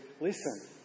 listen